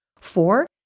Four